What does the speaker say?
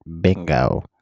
bingo